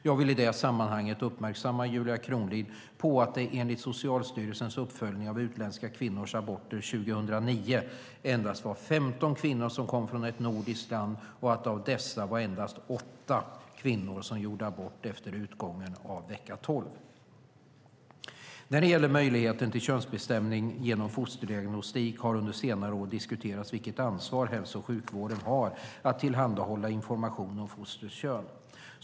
Jag vill i det sammanhanget uppmärksamma Julia Kronlid på att det enligt Socialstyrelsens uppföljning av utländska kvinnors aborter 2009 endast var 15 kvinnor som kom från ett nordiskt land och av dessa var det endast 8 kvinnor som gjorde abort efter utgången av vecka tolv. När det gäller möjligheten till könsbestämning genom fosterdiagnostik, har det under senare år diskuterats vilket ansvar hälso och sjukvården har att tillhandahålla information om fostrets kön.